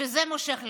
כזה מושך לכאן,